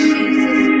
Jesus